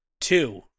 Two